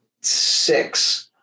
six